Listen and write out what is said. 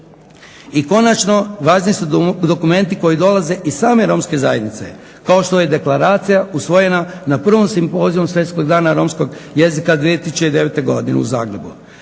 I konačno, važni su dokumenti koji dolaze iz same romske zajednice, kao što je Deklaracija usvojena na 1.simpoziju Svjetskog dana romskog jezika 2009. godine u Zagrebu.